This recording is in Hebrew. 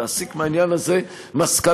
להסיק מהעניין הזה מסקנה.